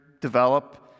develop